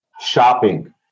Shopping